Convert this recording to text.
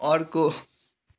अर्को